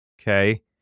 okay